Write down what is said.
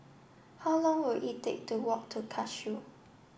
how long will it take to walk to Cashew